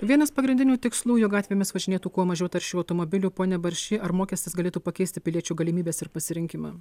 vienas pagrindinių tikslų jog gatvėmis važinėtų kuo mažiau taršių automobilių pone baršy ar mokestis galėtų pakeisti piliečių galimybes ir pasirinkimą